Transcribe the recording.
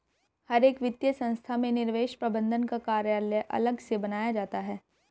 हर एक वित्तीय संस्था में निवेश प्रबन्धन का कार्यालय अलग से बनाया जाता है